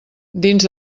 dins